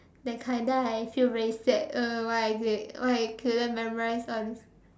that kind then I feel very sad uh why I c~ why I couldn't memorize [one]